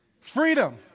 freedom